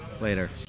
Later